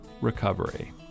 Recovery